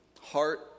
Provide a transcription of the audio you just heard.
heart